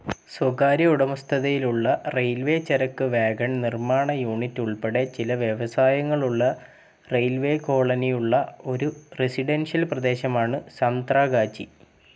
സ്വകാര്യ ഉടമസ്ഥതയിലുള്ള റെയിൽവേ ചരക്ക് വാഗൺ നിർമ്മാണ യൂണിറ്റ് ഉൾപ്പടെ ചില വ്യവസായങ്ങളുള്ള റെയിൽവേ കോളനി ഉള്ള ഒരു റെസിഡൻഷ്യൽ പ്രദേശമാണ് സംത്രഗാച്ചി